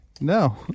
No